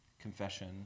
confession